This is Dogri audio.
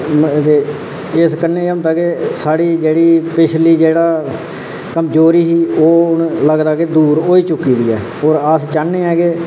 इस कन्नै एह् होंदा कि साढ़ी जेह्ड़ी साढ़ी जेह्ड़ी पिछली कमजोरी ही ओह् हून लगदा कि दूर होई चुकी दी ऐ होर अस चाह्न्ने आं के